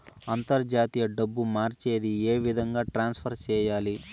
అంతర్జాతీయ డబ్బు మార్చేది? ఏ విధంగా ట్రాన్స్ఫర్ సేయాలి?